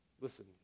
Listen